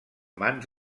mans